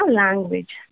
language